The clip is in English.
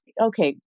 okay